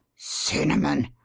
cinnamon!